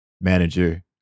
manager